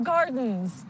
Gardens